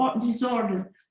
disorder